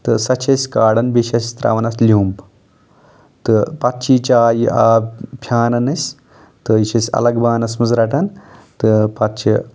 تہٕ سۅ چھِ أسۍ کرٛاڑن بییٚہِ چھِ اَسہِ ترٛاوان اَتھ لیوٚمب تہٕ پتہٕ چھِ یہِ چاے یہِ آب پھیٛانن أسۍ تہٕ یہِ چھِ أسۍ الگ بانس منٛز رٹان تہٕ پتہٕ چھِ